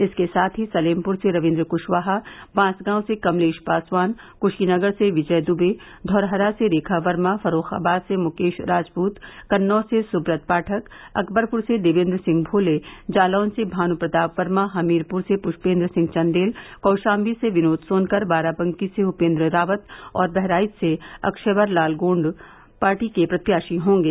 इसके साथ ही सलेमपुर से रवीन्द्र कृशवाहा बांसगांव से कमलेश पासवान कृशीनगर से विजय दुबे धौरहरा से रेखा वर्मा फर्रूखाबाद से मुकेश राजपूत कन्नौज से सुब्रत पाठक अकबरपुर से देवेन्द्र सिंह भोले जालौन से भानु प्रताप वर्मा हमीरपुर से पुष्पेन्द्र सिंह चंदेल कौशाम्बी से विनोद सोनकर बाराबंकी से उपेन्द्र रावत और बहराइच से अक्षयवर लाल गोंड पार्टी के प्रत्याशी होंगे